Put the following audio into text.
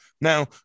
Now